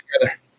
together